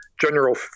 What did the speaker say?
general